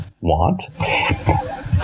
want